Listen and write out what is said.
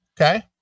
Okay